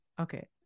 Okay